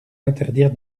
interdire